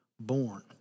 born